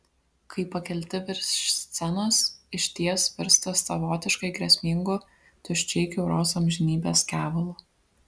kai pakelti virš scenos išties virsta savotiškai grėsmingu tuščiai kiauros amžinybės kevalu